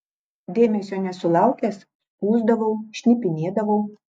dėmesio nesulaukęs skųsdavau šnipinėdavau